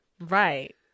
Right